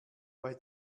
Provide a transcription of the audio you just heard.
bei